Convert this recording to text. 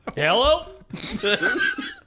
Hello